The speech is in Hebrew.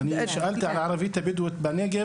ואני שאלתי על הערבית הבדווית בנגב,